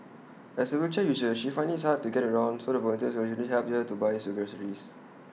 as A wheelchair user she finds IT hard to get around so the volunteers occasionally help her to buy groceries